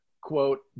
quote